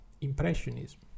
impressionism